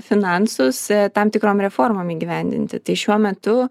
finansus tam tikrom reformom įgyvendinti tai šiuo metu